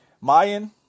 Mayan